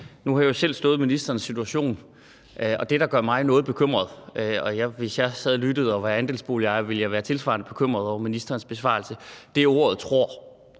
Nu har jeg jo selv stået i ministerens situation, og det, der gør mig noget bekymret – og hvis jeg sad og lyttede og var andelsboligejer, ville jeg være tilsvarende bekymret over ministerens besvarelse – er ordet »tror«,